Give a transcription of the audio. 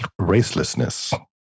racelessness